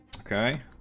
Okay